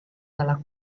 dalla